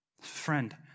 Friend